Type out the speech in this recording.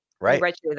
right